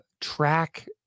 track